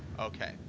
okay